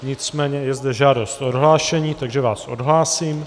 Nicméně je zde žádost o odhlášení, takže vás odhlásím.